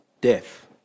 death